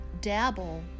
dabble